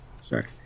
sorry